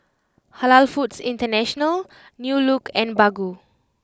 Halal Foods International New Look and Baggu